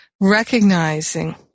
recognizing